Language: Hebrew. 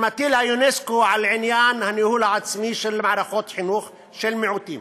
שמטיל אונסק"ו על עניין הניהול העצמי של מערכות חינוך של מיעוטים.